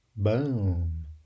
Boom